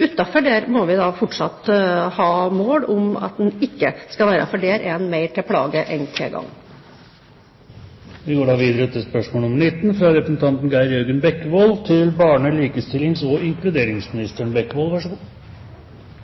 Andre steder må vi fortsatt ha et mål om at den ikke skal være – der er den mer til plage enn til gagn. Enslige mindreårige asylsøkere skal prioriteres for rask og god bosetting, og det har vært et mål at bosetting skal skje innen tre måneder etter at de har fått oppholdstillatelse. Så